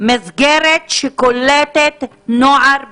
אכפת לי מסגרת שקולטת נוער בסיכון,